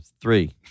Three